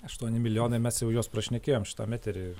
aštuoni milijonai mes jau juos prašnekėjom šitam etery